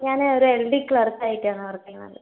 ഞാൻ ഒരു L D clerk ആയിട്ടാണ് വർക്ക് ചെയ്യുന്നത്